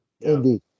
Indeed